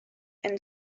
and